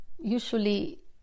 usually